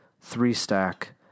three-stack